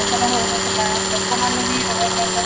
ଫସଲ ହେଉନଥିଲା ଲୋକମାନେ ବି ରୋଗାକ୍ରାନ୍ତ ହେଉଥିଲେ